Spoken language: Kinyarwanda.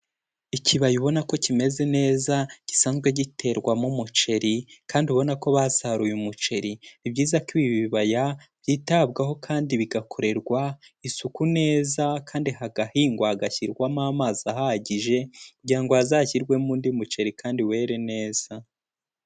Ikibaya ubona ko kimeze neza gisanzwe giterwamo umuceri kandi ubona ko basaruye umuceri. Ni byiza ko ibi bibaya byitabwaho kandi bigakorerwa isuku neza kandi hagahingwa hagashyirwamo amazi ahagije, kugira ngo hazashyirwemo undi muceri kandi were neza.